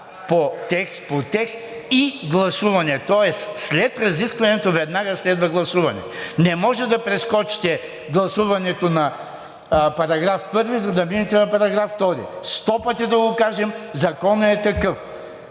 по текст по текст и гласуване.“ Тоест след разискването веднага следва гласуване. Не може да прескочите гласуването на § 1, за да минете на § 2. Сто пъти да го кажем, Законът е такъв